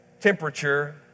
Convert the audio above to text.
temperature